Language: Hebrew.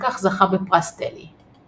על כך זכה בפרס Telly.